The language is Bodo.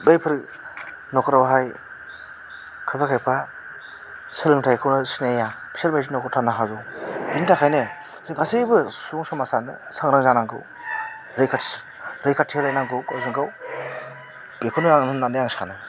बैफोर नखरावहाय खायफा खायफा सोलोंथाइखौहाय सिनाया फिसोरबायदि नखर थानो हागौ बिनि थाखायनो जों गासिबो सुबुं समाजआ सांग्रां जानांगौ रैखाथि रैखाथि होलाय नांगौ गावजोंगाव बेखौनो आं होनानै आं सानो